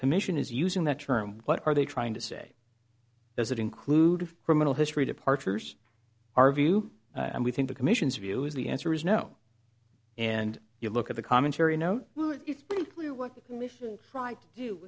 commission is using that term what are they trying to say does that include criminal history departures our view and we think the commission's view is the answer is no and you look at the commentary no